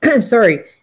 sorry